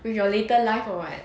in your later life or what